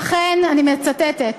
אכן, אני מצטטת,